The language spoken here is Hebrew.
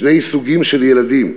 שני סוגים של ילדים,